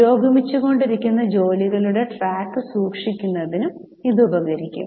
പുരോഗമിച്ചുകൊണ്ടിരിക്കുന്ന ജോലികളുടെ ട്രാക്ക് സൂക്ഷിക്കുന്നതിനും ഇത് ഉപകരിക്കും